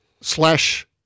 Slash